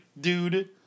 dude